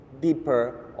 deeper